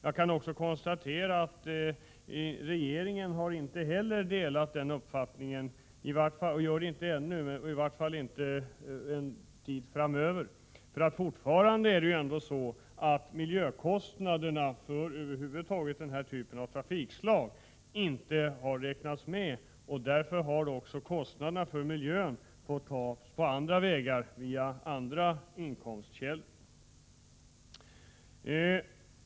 Jag kan konstatera att inte heller regeringen har delat den uppfattningen, och den gör det inte ännu, i varje fall en tid framöver. Fortfarande har miljökostnaderna för den här typen av trafikslag över huvud taget inte räknats med, och därför har också kostnaderna för miljön fått tas på andra vägar via andra inkomstkällor.